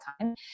time